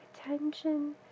Attention